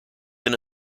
been